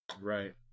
Right